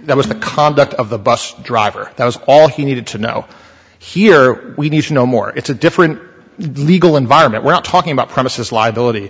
that was the conduct of the bus driver that was all he needed you know here we need to know more it's a different legal environment we're not talking about promises liability